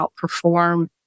outperform